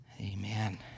Amen